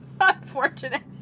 Unfortunate